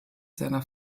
seiner